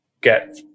get